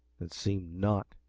it seemed not.